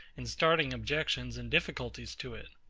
in starting objections and difficulties to it.